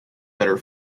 better